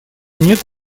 нет